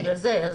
בגלל זה.